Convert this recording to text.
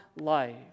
life